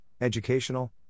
educational